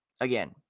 again